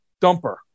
dumper